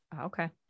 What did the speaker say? Okay